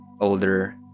older